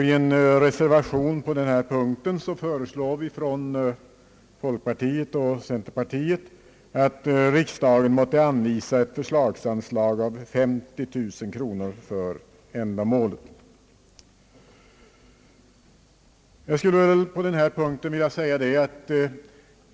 I en reservation föreslår vi att riksdagen måtte anvisa ett förslagsanslag av 50 000 kronor för ändamålet.